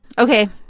ok,